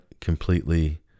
completely